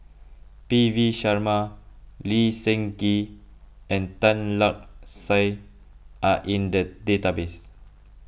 P V Sharma Lee Seng Gee and Tan Lark Sye are in the database